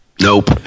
Nope